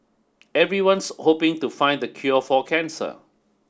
everyone's hoping to find the cure for cancer